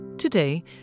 Today